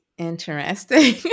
Interesting